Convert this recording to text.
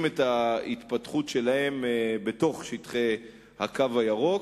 את ההתפתחות שלהם בתוך שטחי "הקו הירוק".